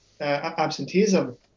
absenteeism